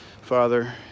father